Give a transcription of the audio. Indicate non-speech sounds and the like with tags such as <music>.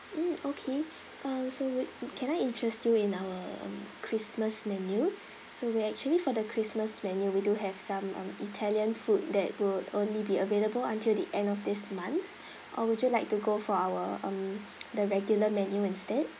mm okay uh so we <noise> can I interest you in our um christmas menu so we actually for the christmas menu we do have some um italian food that would only be available until the end of this month <breath> or would you like to go for our um <noise> the regular menu instead